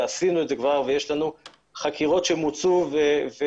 וכבר עשינו את זה ויש לנו חקירות שמוצו וטיפלנו